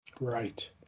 Right